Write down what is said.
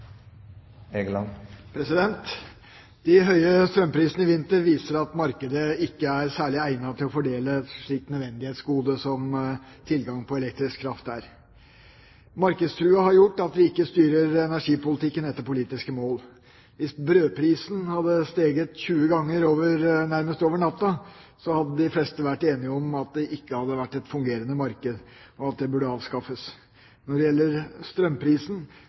til. De høye strømprisene i vinter viser at markedet ikke er særlig egnet til å fordele et slikt nødvendighetsgode som tilgang på elektrisk kraft er. Markedstroen har gjort at vi ikke styrer energipolitikken etter politiske mål. Hvis brødprisen hadde steget 20 ganger nærmest over natta, hadde de fleste vært enig i at det ikke hadde vært et fungerende marked, og at det burde avskaffes. Når det gjelder strømprisen,